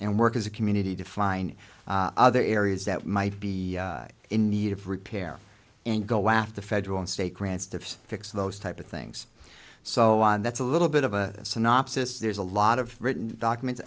and work as a community define other areas that might be in need of repair and go after federal and state grants to fix those type of things so on that's a little bit of a synopsis there's a lot of written documents